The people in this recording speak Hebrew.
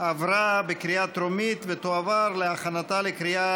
עברה בקריאה טרומית ותועבר להכנתה לקריאה